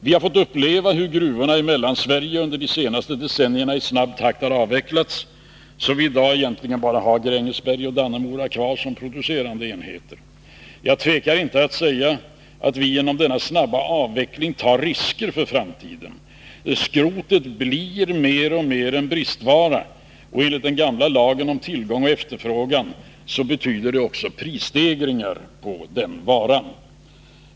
Vi har fått uppleva hur gruvorna i Mellansverige under de senaste decennierna i snabb takt har avvecklats, så att vi i dag egentligen bara har Grängesberg och Dannemora kvar som producerande enheter. Jag tvekar inte att säga att vi genom denna snabba avveckling tar risker för framtiden. Skrotet blir mer och mer en bristvara, och enligt den gamla lagen om tillgång och efterfrågan betyder det också prisstegringar.